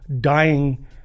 dying